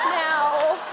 now